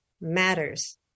matters